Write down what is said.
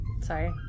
sorry